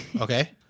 Okay